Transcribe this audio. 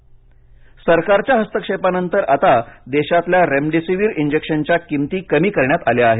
remdesivir किंमत सरकारच्या हस्तक्षेपानंतर आता देशातल्या रेमडेसीवीर इंजेक्शच्या किमती कमी करण्यात आल्या आहेत